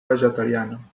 vegetariana